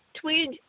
Tweed